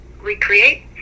recreate